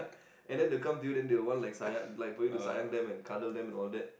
and then they will come to you then they will want like sayang like for you to sayang them and cuddle them and all that